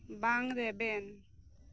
ᱵᱟᱝ ᱨᱮᱵᱮᱱ